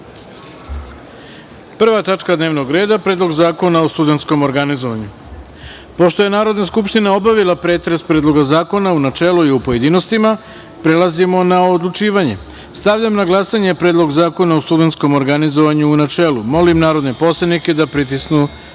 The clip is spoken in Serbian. tačka dnevnog reda – Predlog zakona o studentskom organizovanju. Pošto je Narodna skupština obavila pretres Predloga zakona u načelu i u pojedinostima prelazimo na odlučivanje. Stavljam na glasanje Predlog zakona o studentskom organizovanju, u načelu. Molim narodne poslanike da pritisnu